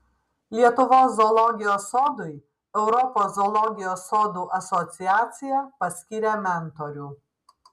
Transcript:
lietuvos zoologijos sodui europos zoologijos sodų asociacija paskyrė mentorių